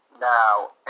Now